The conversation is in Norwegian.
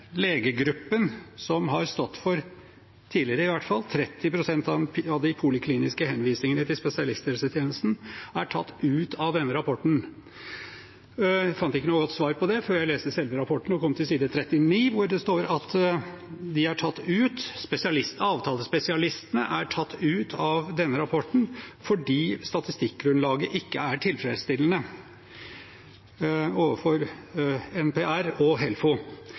legegruppen som har stått for, tidligere i hvert fall, 30 pst. av de polikliniske henvisningene til spesialisthelsetjenesten, er tatt ut av denne rapporten. Jeg fant ikke noe godt svar på det før jeg leste selve rapporten og kom til side 39, hvor det står at avtalespesialistene er tatt ut av denne rapporten fordi statistikkgrunnlaget ikke er tilfredsstillende overfor NPR og Helfo.